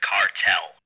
Cartel